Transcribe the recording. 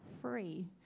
free